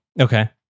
Okay